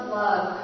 love